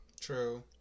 True